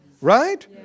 Right